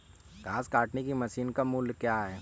घास काटने की मशीन का मूल्य क्या है?